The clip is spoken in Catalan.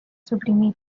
suprimir